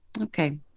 Okay